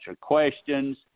questions